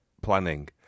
planning